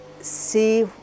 see